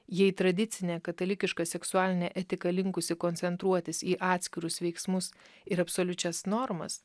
jei tradicinė katalikiška seksualinė etika linkusi koncentruotis į atskirus veiksmus ir absoliučias normas